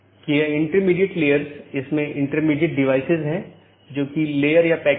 तो इस ईजीपी या बाहरी गेटवे प्रोटोकॉल के लिए लोकप्रिय प्रोटोकॉल सीमा गेटवे प्रोटोकॉल या BGP है